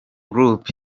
group